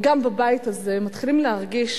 וגם בבית הזה, מתחילים להרגיש